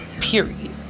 Period